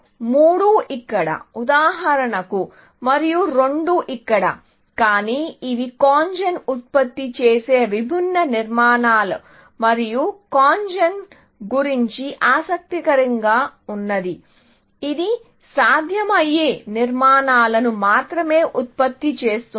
3 ఇక్కడ ఉదాహరణకు మరియు 2 ఇక్కడ కానీ ఇవి CONGEN ఉత్పత్తి చేసే విభిన్న నిర్మాణాలు మరియు CONGEN గురించి ఆసక్తికరంగా ఉన్నది ఇది సాధ్యమయ్యే నిర్మాణాలను మాత్రమే ఉత్పత్తి చేస్తుంది